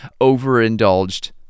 overindulged